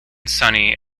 sonny